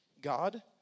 God